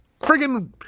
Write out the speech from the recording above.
friggin